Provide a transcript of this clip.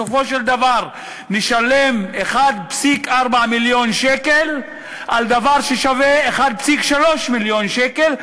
בסופו של דבר נשלם 1.4 מיליון שקל על דבר ששווה 1.3 מיליון שקל,